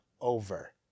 over